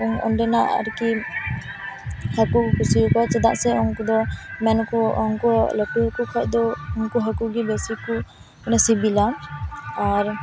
ᱚᱸᱰᱮᱱᱟᱜ ᱟᱨᱠᱤ ᱦᱟᱹᱠᱩᱧ ᱠᱩᱥᱤ ᱟᱠᱚᱣᱟ ᱪᱮᱫᱟᱜ ᱥᱮ ᱩᱱᱠᱩ ᱫᱚ ᱢᱮᱱ ᱟᱠᱚ ᱩᱱᱠᱩ ᱞᱟᱹᱴᱩ ᱦᱟᱹᱠᱩ ᱠᱷᱚᱱ ᱫᱚ ᱩᱱᱠᱩ ᱦᱟᱹᱠᱩ ᱜᱮ ᱵᱤᱥᱤ ᱠᱚ ᱢᱟᱱᱮ ᱥᱤᱵᱤᱞᱟ ᱟᱨ